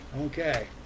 okay